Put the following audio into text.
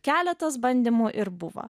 keletas bandymų ir buvo